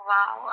Wow